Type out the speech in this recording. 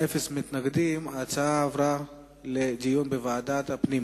ההצעה להעביר את הנושאים לוועדת הפנים